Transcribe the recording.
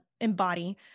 embody